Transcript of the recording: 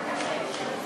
חברי הכנסת,